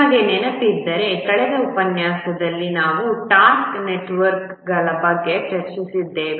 ನಿಮಗೆ ನೆನಪಿದ್ದರೆ ಕಳೆದ ಉಪನ್ಯಾಸದಲ್ಲಿ ನಾವು ಟಾಸ್ಕ್ ನೆಟ್ವರ್ಕ್ಗಳ ಬಗ್ಗೆ ಚರ್ಚಿಸಿದ್ದೇವೆ